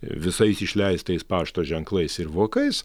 visais išleistais pašto ženklais ir vokais